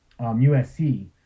USC